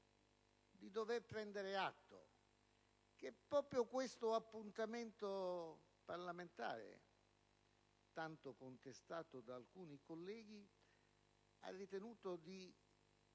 di dover prendere atto che proprio quest'appuntamento parlamentare, tanto contestato da alcuni colleghi, ha inteso